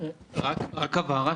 רק הבהרה,